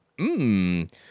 Mmm